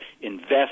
invest